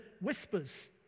whispers